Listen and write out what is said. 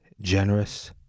generous